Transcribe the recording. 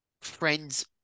friends